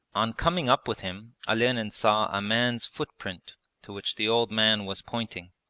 on coming up with him olenin saw a man's footprint to which the old man was pointing.